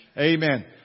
Amen